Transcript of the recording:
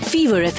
Fever